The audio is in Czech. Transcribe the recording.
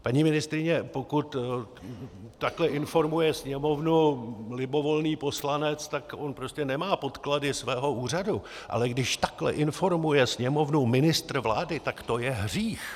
Paní ministryně, pokud takhle informuje Sněmovnu libovolný poslanec, tak on prostě nemá podklady svého úřadu, ale když takhle informuje Sněmovnu ministr vlády, tak to je hřích.